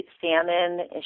salmon